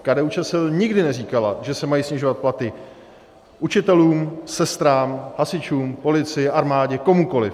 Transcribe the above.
KDUČSL nikdy neříkala, že se mají snižovat platy učitelům, sestrám, hasičům, policii, armádě, komukoliv.